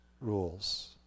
rules